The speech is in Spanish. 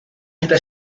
esta